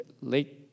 late